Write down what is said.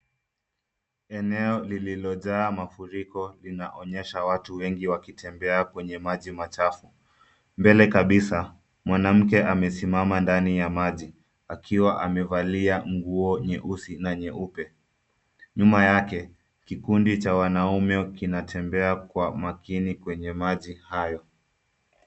Eneo lililojaa mafuriko linaonyesha watu wengi wakitembea kwenye maji machafu. Mbele kabisa, mwanamke amesimama ndani ya maji akiwa amevalia nguo nyeusi na nyeupe. Nyuma yake, kikundi cha wanaume kinatembea kwa makini kwenye maji hayo.